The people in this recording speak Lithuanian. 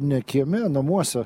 ne kieme namuose